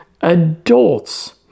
adults